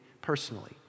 personally